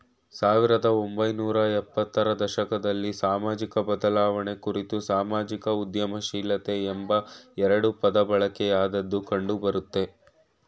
ಸಾವಿರದ ಒಂಬೈನೂರ ಎಪ್ಪತ್ತ ರ ದಶಕದಲ್ಲಿ ಸಾಮಾಜಿಕಬದಲಾವಣೆ ಕುರಿತು ಸಾಮಾಜಿಕ ಉದ್ಯಮಶೀಲತೆ ಎಂಬೆರಡು ಪದಬಳಕೆಯಾದದ್ದು ಕಂಡುಬರುತ್ತೆ